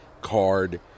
card